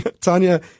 Tanya